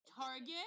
Target